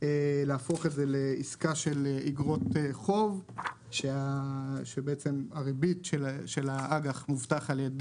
להפוך את זה לעיסקה של אגרות חוב שהריבית של האג"ח מובטח על יד